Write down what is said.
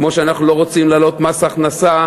כמו שאנחנו לא רוצים להעלות מס הכנסה,